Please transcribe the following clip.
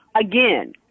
Again